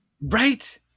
Right